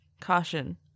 caution